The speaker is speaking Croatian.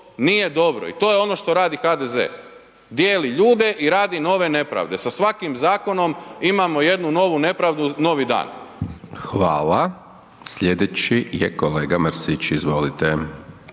nije dobro i to je ono što radi HDZ, dijeli ljude i radi nove nepravde, sa svakim zakonom imamo jednu novu nepravdu novi dan. **Hajdaš Dončić, Siniša